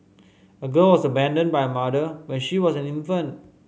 a girl was abandoned by mother when she was an infant